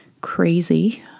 crazy